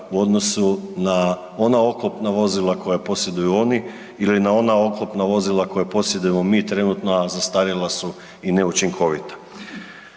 u odnosu na ona oklopna vozila koja posjeduju oni ili na ona oklopna vozila koja posjedujemo mi trenutno a zastarjela su i neučinkovita.